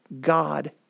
God